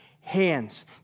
hands